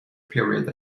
period